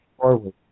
forward